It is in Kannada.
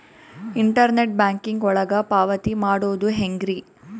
ಇಂಟರ್ನೆಟ್ ಬ್ಯಾಂಕಿಂಗ್ ಒಳಗ ಪಾವತಿ ಮಾಡೋದು ಹೆಂಗ್ರಿ?